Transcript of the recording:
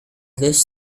this